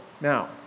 Now